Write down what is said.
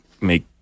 make